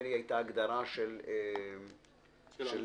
עניין ההגדרה של "לוחם",